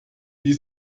wie